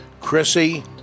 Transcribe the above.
Chrissy